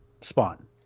spawn